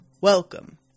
Welcome